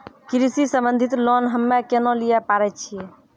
कृषि संबंधित लोन हम्मय केना लिये पारे छियै?